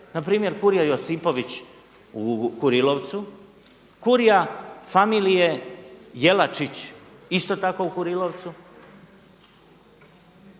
Na primjer kurija Josipović u Kurilovcu, kurija familije Jelačić isto tako u Kurilovcu,